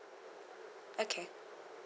okay